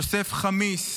יוסף חמיס,